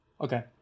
Okay